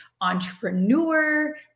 entrepreneur